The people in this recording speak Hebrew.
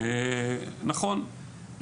נכון,